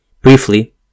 briefly